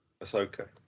Ahsoka